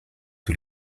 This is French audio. que